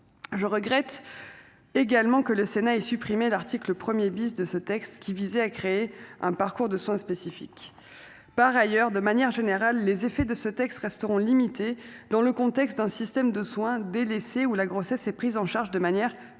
Je regrette. Également que le Sénat et supprimée l'1er bis de ce texte qui visait à créer un parcours de soins spécifiques. Par ailleurs, de manière générale, les effets de ce texte resteront limités dans le contexte d'un système de soins délaissé ou la grossesse est prise en charge de manière partiellement